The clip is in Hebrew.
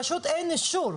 פשוט אין אישור.